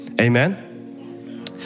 Amen